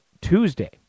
Tuesday